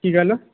कि कहलहो